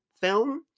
film